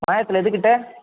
மாயாவரத்தில் எதுக்கிட்டே